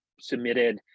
submitted